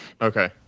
Okay